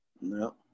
No